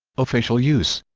official use